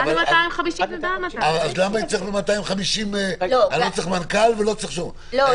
עד 250 --- אז ב-250 אני לא צריך מנכ"ל ולא צריך --- לא,